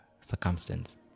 circumstance